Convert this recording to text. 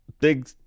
big